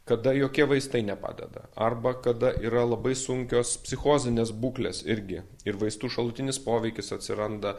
kada jokie vaistai nepadeda arba kada yra labai sunkios psichozinės būklės irgi ir vaistų šalutinis poveikis atsiranda